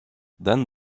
then